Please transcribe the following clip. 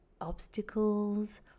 obstacles